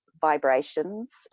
vibrations